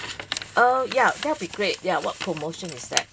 oh yeah that would be great ya what promotion is that